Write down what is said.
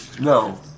No